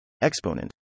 exponent